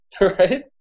right